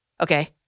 Okay